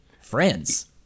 Friends